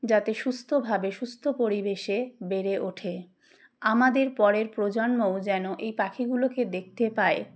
যাতে সুস্থভাবে সুস্থ পরিবেশে বেড়ে ওঠে আমাদের পরের প্রজন্মও যেন এই পাখিগুলোকে দেখতে পায়